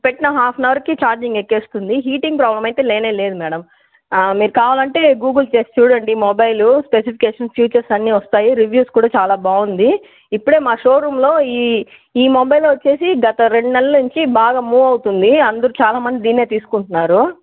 పెట్టిన హాఫనవర్కి ఛార్జింగ్ ఎక్కేస్తుంది హీటింగ్ ప్రాబ్లం అయితే లేనే లేదు మేడం మీరు కావాలంటే గూగుల్ చేసి చూడండి మొబైలు స్పెసిఫికేషన్స్ ఫీచర్స్ అన్నీ వస్తాయి రెవ్యూస్ కూడా చాలా బాగుంది ఇప్పుడే మా షోరూంలో ఈ ఈ మొబైల్ వచ్చేసి గత రెండు నెలల నుంచి బాగా మూవ్ అవుతుంది అందరూ చాలా మంది దీన్నే తీసుకుంటున్నారు